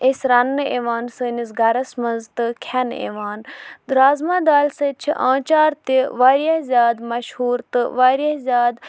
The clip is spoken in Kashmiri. أسۍ رَننہٕ یِوان سٲنِس گَرَس منٛز تہٕ کھٮ۪نہٕ یِوان رازمہ دالہِ سۭتۍ چھِ آنچار تہِ واریاہ زیادٕ مشہوٗر تہٕ واریاہ زیادٕ